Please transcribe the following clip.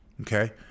Okay